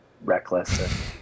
reckless